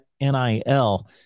NIL